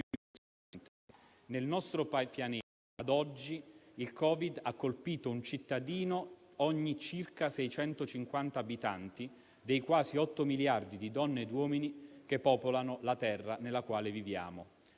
nel nostro pianeta, ad oggi, il Covid ha colpito un cittadino ogni circa 650 abitanti dei quasi otto miliardi di donne e uomini che popolano la terra sulla quale viviamo.